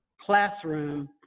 classroom